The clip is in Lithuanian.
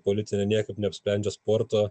politinė niekaip neapsprendžia sporto